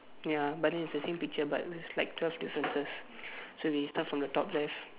ya but then it's the same picture but it's like twelve differences so we start from the top left